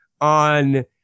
on